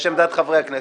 יש עמדת חברי כנסת.